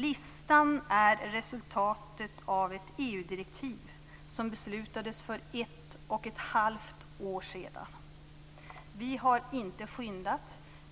Listan är resultatet av ett EU-direktiv som beslutades för ett och ett halvt år sedan. Vi har inte skyndat,